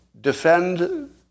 defend